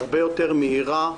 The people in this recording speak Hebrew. הרבה יותר מהירה.